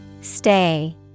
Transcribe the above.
Stay